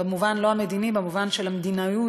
לא במובן המדיני,